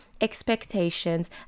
expectations